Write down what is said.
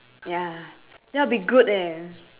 ya that will be good eh